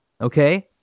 Okay